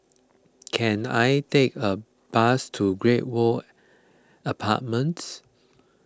can I take a bus to Great World Apartments